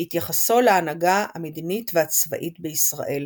בהתייחסו להנהגה המדינית והצבאית בישראל,